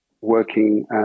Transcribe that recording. working